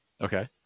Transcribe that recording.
Okay